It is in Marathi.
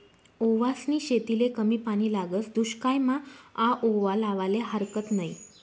ओवासनी शेतीले कमी पानी लागस, दुश्कायमा आओवा लावाले हारकत नयी